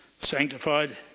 sanctified